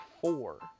four